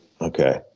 Okay